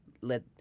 let